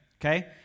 okay